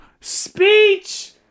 Speech